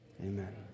amen